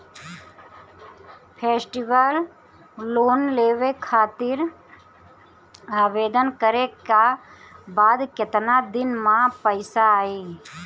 Festival loan लेवे खातिर आवेदन करे क बाद केतना दिन म पइसा आई?